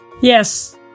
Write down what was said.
Yes